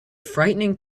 frightening